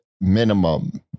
minimum